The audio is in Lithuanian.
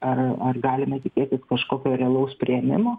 ar ar galime tikėtis kažkokio realaus priėmimo